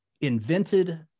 invented